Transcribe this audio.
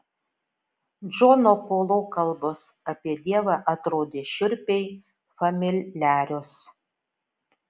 džono polo kalbos apie dievą atrodė šiurpiai familiarios